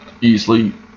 easily